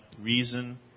reason